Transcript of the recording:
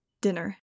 Dinner